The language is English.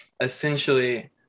essentially